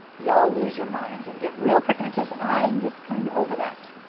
y'all lose your minds and get real pretentious and i'm just kinda over that.